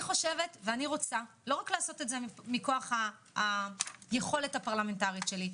אני רוצה לעשות את זה לא רק מכוח היכולת הפרלמנטרית שלי.